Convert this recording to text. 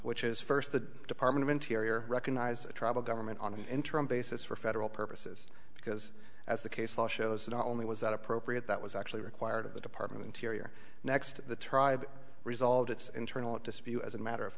which is first the department of interior recognize a tribal government on an interim basis for federal purposes because as the case law shows not only was that appropriate that was actually required of the department interior next the tribe resolved its internal dispute as a matter of